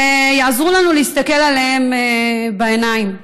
שיעזרו לנו להסתכל להם בעיניים.